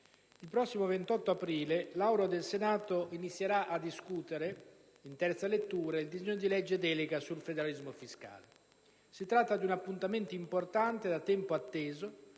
il prossimo 28 aprile l'Aula del Senato inizierà a discutere, in terza lettura, il disegno di legge delega sul federalismo fiscale. Si tratta di un appuntamento importante e da tempo atteso,